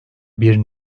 bir